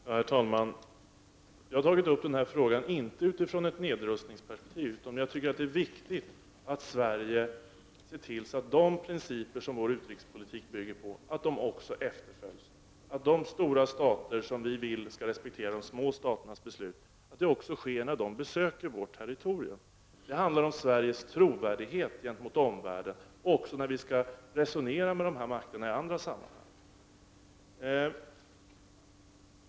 Herr talman! Jag har inte tagit upp denna fråga utifrån ett nedrustningsperspektiv. Jag tycker att det är viktigt att Sverige ser till att de principer som vår utrikespolitik bygger på också efterföljs, dvs. att de stora stater som vi vill skall respektera de små staternas beslut också gör det när de besöker vårt territorium. Det handlar om Sveriges trovärdighet gentemot omvärlden också när vi skall resonera med dessa stater i andra sammanhang.